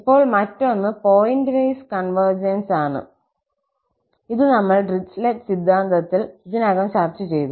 ഇപ്പോൾ മറ്റൊന്ന് point wise convergence ആണ് ഇത് നമ്മൾ ഡിറിച്ലെറ്റ് സിദ്ധാന്തത്തിൽ ഇതിനകം ചർച്ച ചെയ്ത